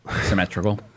Symmetrical